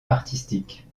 artistique